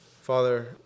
Father